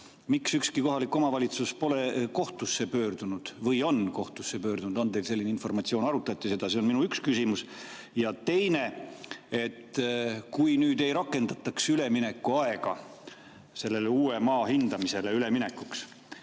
Miks ükski kohalik omavalitsus pole kohtusse pöördunud? Või on kohtusse pöördutud, on teil selline informatsioon? Kas arutati seda? See on mu üks küsimus. Ja teine: kui nüüd ei rakendataks üleminekuaega sellele uuele maa hindamisele üleminekuks,